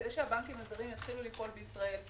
כדי שהבנקים הזרים יתחילו לפעול בישראל,